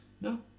No